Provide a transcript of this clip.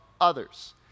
others